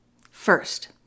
First